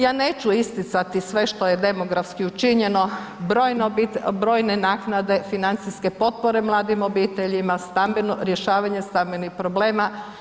Ja neću isticati sve što je demografski učinjeno, brojne naknade, financijske potpore mladim obiteljima, stambeno, rješavanje stambenih problema.